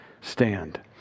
stand